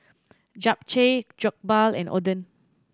Japchae Jokbal and Oden